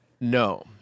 No